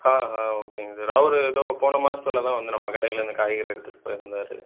ஆ ஆ ஓகேங்க சார் அவரு ஏதோ போன மாசத்தில் தான் வந்து நம்ம கடையிலேருந்து காய்கறி எடுத்துகிட்டு போகிருந்தாரு